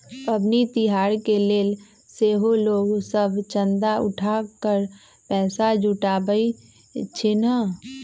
पबनि तिहार के लेल सेहो लोग सभ चंदा उठा कऽ पैसा जुटाबइ छिन्ह